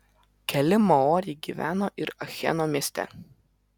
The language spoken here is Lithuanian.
keli maoriai gyveno ir acheno mieste